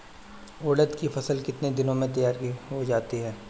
उड़द की फसल कितनी दिनों में तैयार हो जाती है?